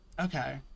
Okay